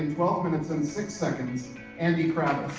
and six seconds andy